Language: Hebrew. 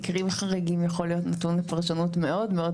"מקרים חריגים" יכול להיות נתון לפרשנות מאוד מאוד